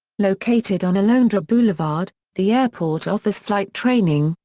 located on alondra boulevard, the airport offers flight training,